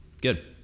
Good